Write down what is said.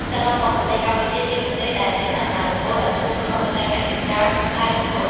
សរុបមក ប្រទេសកម្ពុជា ជាប្រទេសដែលមានសក្ដានុពលដ៏ធំក្នុងវិស័យកសិកម្មផ្លែមង្ឃុត។